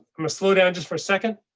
i'm a slow down just for a second.